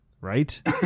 Right